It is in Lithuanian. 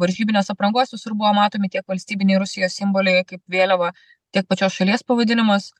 varžybinės aprangos visur buvo matomi tiek valstybiniai rusijos simboliai kaip vėliava tiek pačios šalies pavadinimas